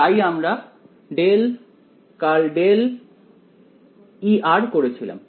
তাই আমরা করেছিলাম